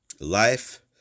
life